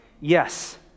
Yes